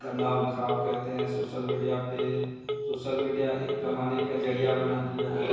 का नाम ख़राब करते हैं सोशल मीडिया पर सोशल मीडिया एक कमाने का ज़रिया बना दिया है